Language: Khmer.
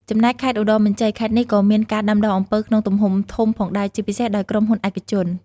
ចំណែកខេត្តឧត្តរមានជ័យ ខេត្តនេះក៏មានការដាំដុះអំពៅក្នុងទំហំធំផងដែរ ជាពិសេសដោយក្រុមហ៊ុនឯកជន។